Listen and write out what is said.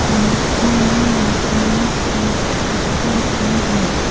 नागपुर में यातायात का स्तर क्या है